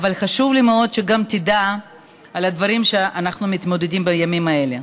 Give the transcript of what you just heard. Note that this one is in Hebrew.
אבל חשוב לי מאוד שגם תדע על הדברים שאנחנו מתמודדים איתם בימים האלה.